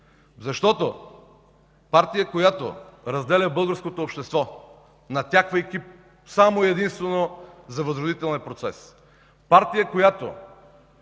Партия, която разделя българското общество, натяквайки само и единствено за възродителния процес, партия, която